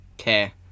okay